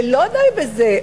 ולא די בזה,